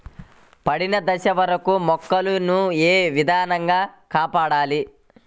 పండిన దశ వరకు మొక్కల ను ఏ విధంగా కాపాడాలి?